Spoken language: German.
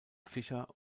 fischer